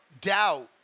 doubt